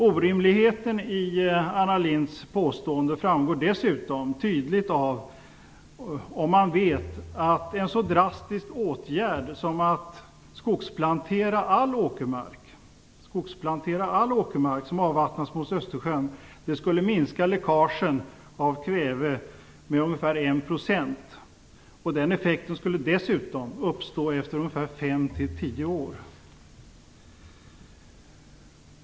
Orimligheten i Anna Lindhs påstående framgår dessutom tydligt om man vet att en så drastisk åtgärd som att skogsplantera all åkermark som avvattnas mot Östersjön skulle minska kväveläckaget med ungefär 1 %. Den effekten skulle uppstå efter fem-tio år.